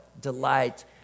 delight